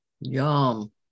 Yum